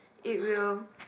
it will